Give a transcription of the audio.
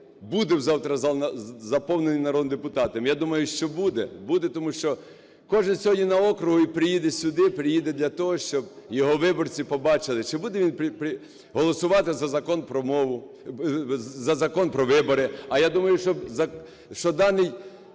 буде завтра зал заповнений народними депутатами? Я думаю, що буде. Буде тому, що кожен сьогодні на окрузі і приїде сюди, приїде для того, щоб його виборці побачили, чи буде він голосувати за Закон про мову… за Закон про вибори. А я думаю, що даний